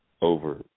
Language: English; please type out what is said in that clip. over